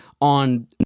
on